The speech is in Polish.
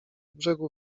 brzegu